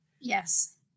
Yes